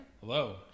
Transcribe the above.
Hello